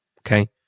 okay